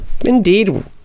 indeed